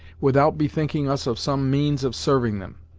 without bethinking us of some means of serving them.